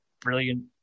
brilliant